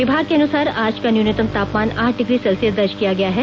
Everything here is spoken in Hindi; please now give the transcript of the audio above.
विभाग के अनुसार आज का न्यूनतम तापमान आठ डिग्री सेल्सियस दर्ज की गयी है